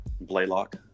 Blaylock